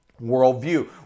worldview